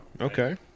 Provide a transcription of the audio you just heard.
Okay